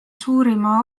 suurima